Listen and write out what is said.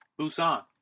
busan